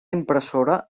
impressora